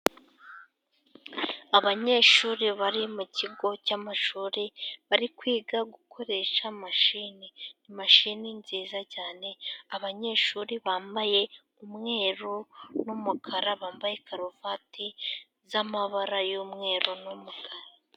Abanyeshuri bari mukigo cy'amashuri bari kwiga gukoresha mashini imashini nziza cyane abanyeshuri bambaye umweru n'umukara bambaye karuvati z'amabara y'umweru n'umukara.